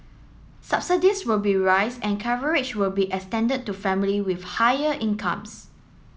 subsidies will be rise and coverage will be extended to family with higher incomes